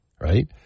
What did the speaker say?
right